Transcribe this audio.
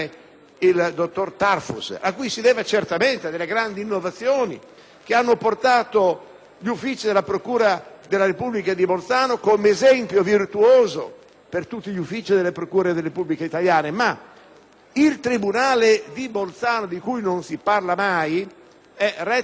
che hanno reso gli uffici della procura della Repubblica di Bolzano un esempio virtuoso per tutti gli uffici delle procure della Repubblica italiane, ma il tribunale di Bolzano (di cui non si parla mai), retto dal dottor Zanon, ha ottenuto dei risultati parimenti eccezionali.